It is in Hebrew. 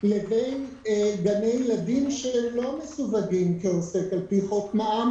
לבין גני ילדים שלא מסווגים כעוסק על-פי חוק מע"מ,